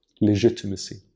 legitimacy